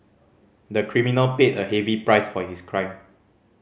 the criminal paid a heavy price for his crime